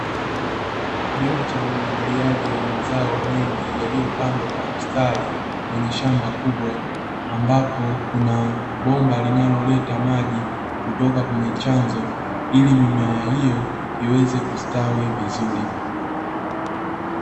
Kilimo cha umwagiliaji wa mazao mengi yaliyopandwa kwa mstari kwenye shamba kubwa, ambapo kuna bomba linaloleta maji kutoka kwenye chanzo, ili mimea hiyo iweze kustawi vizuri.